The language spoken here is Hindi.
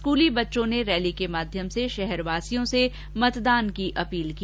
स्कूली बच्चों ने रैली के माध्यम से शहरवासियों से मतदान की अपील की